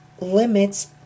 limits